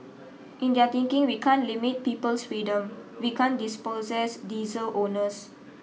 in their thinking we can't limit people's freedom we can't dispossess diesel owners